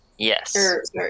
yes